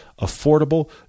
affordable